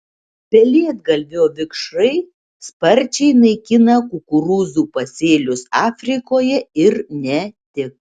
pelėdgalvio vikšrai sparčiai naikina kukurūzų pasėlius afrikoje ir ne tik